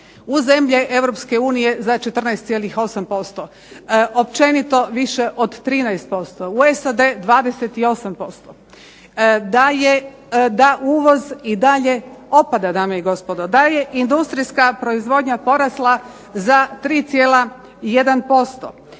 unije za 14,8%, općenito više od 13%, u SAD 28%, da uvoz i dalje opada dame i gospodo, da je industrijska proizvodnja porasla za 3,1%,